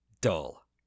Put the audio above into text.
dull